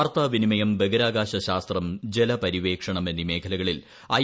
വാർത്താവിനിമയം ബഹിരാകാശ്ശ ശാസ്ത്രം ജലപര്യവേഷണം എന്നീ മേഖലകളിൽ ഐ